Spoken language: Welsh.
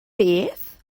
beth